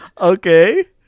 okay